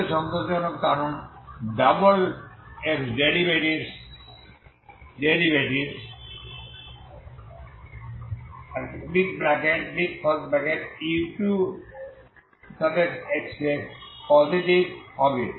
এটিও সন্তোষজনক কারণ double x derivatives u2xx positive হবে